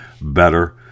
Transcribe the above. better